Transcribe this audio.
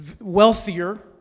wealthier